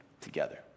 together